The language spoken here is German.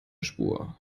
spur